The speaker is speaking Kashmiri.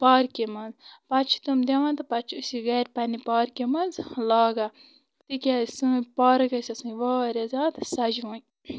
پارکہِ منٛز پَتہٕ چھِ تِم دِوان تہٕ پَتہٕ چھِ أسۍ یہِ گَرِ پنٛنہِ پارکہِ منٛز لاگان تِکیٛازِ سٲنۍ پارٕک گژھِ آسٕنۍ واریاہ زیادٕ سَجوٕنۍ